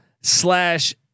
slash